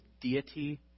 deity